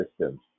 systems